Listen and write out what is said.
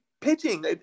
pitching